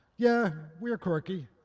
yeah, we're quirky.